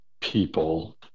people